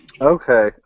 Okay